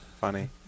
Funny